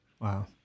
Wow